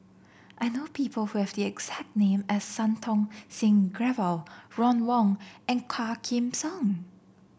I know people who have the exact name as Santokh Singh Grewal Ron Wong and Quah Kim Song